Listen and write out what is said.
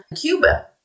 Cuba